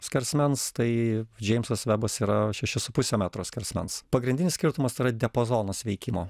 skersmens tai džeimsas vebas yra šeši su puse metro skersmens pagrindinis skirtumas yra diapazonas veikimo